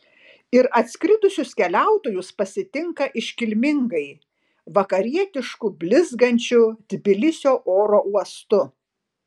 ir atskridusius keliautojus pasitinka iškilmingai vakarietišku blizgančiu tbilisio oro uostu